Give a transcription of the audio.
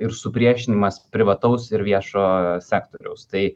ir supriešinimas privataus ir viešojo sektoriaus tai